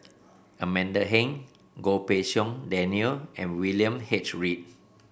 Amanda Heng Goh Pei Siong Daniel and William H Read